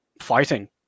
fighting